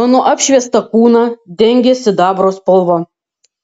mano apšviestą kūną dengė sidabro spalva